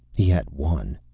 he had won.